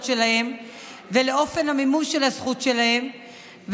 שלהם ולאופן המימוש של הזכות שלהם,